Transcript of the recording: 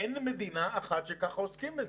אין מדינה אחת שכך עוסקים בזה.